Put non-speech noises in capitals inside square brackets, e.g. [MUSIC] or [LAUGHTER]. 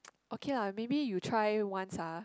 [NOISE] okay lah maybe you try once ah